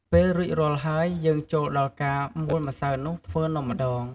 ពេលរួចរាល់ហើយ យើងចូលដល់ការមូលម្សៅនោះ ធ្វើនំម្ដង។